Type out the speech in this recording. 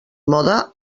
moda